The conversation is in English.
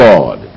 God